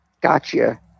gotcha